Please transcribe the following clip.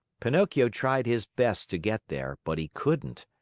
pinocchio tried his best to get there, but he couldn't.